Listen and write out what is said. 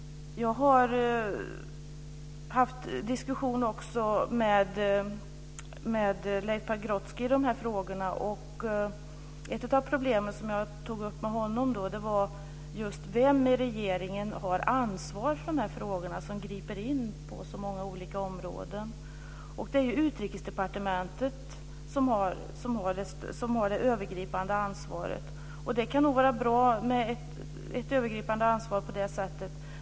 Jag har också haft en diskussion med Leif Pagrotsky om de här frågorna. Ett av de problem som jag tog upp med honom var vem i regeringen som har ansvar för de här frågorna, som griper in på så många olika områden. Det är ju Utrikesdepartementet som har det övergripande ansvaret, och det kan nog vara bra med ett övergripande ansvar på det sättet.